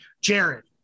Jared